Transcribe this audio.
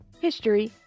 history